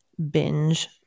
binge